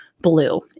blue